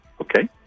Okay